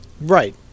Right